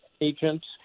agents